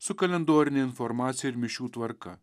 su kalendorine informacija ir mišių tvarka